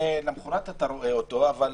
למחרת אתה רואה אותו בחשבון אבל